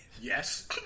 Yes